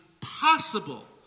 possible